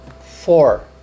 four